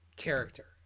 character